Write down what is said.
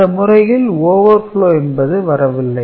இந்த முறையில் overflow என்பது வரவில்லை